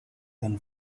than